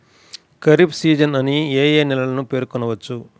Kharif season అని ఏ ఏ నెలలను పేర్కొనవచ్చు?